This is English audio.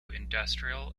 industrial